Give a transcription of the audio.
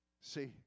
See